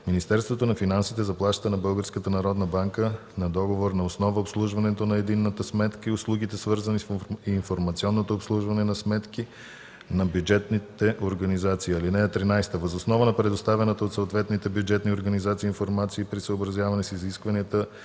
Министерството на финансите заплаща на Българската народна банка на договорна основа обслужването на единната сметка и услугите, свързани с информационното обслужване на сметки на бюджетните организации. (13) Въз основа на предоставена от съответните бюджетни организации информация и при съобразяване с изискванията